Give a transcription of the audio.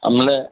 અમને